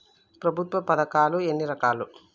ప్రభుత్వ పథకాలు ఎన్ని రకాలు?